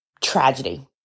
tragedy